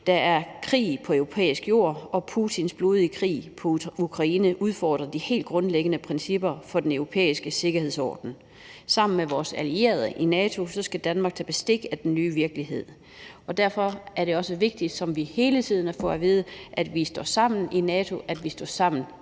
Der er krig på europæisk jord, og Putins blodige krig i Ukraine udfordrer de helt grundlæggende principper for den europæiske sikkerhedsorden. Sammen med vores allierede i NATO skal Danmark tage bestik af den nye virkelighed, og derfor er det også vigtigt, som vi hele tiden har fået at vide, at vi står sammen i NATO, at vi står sammen i EU.